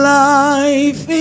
life